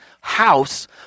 house